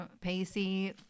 Pacey